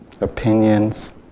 opinions